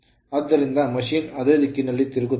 ಆದ್ದರಿಂದ machine ಯಂತ್ರವು ಅದೇ ದಿಕ್ಕಿನಲ್ಲಿ ತಿರುಗುತ್ತದೆ